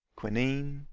quinine?